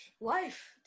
life